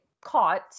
caught